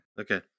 okay